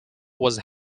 was